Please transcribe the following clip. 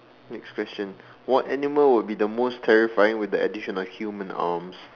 next question what animal will be the most terrifying with the addition of human arms